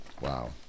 Wow